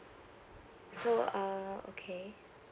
so uh okay